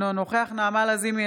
אינו נוכח נעמה לזימי,